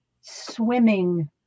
swimming